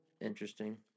Interesting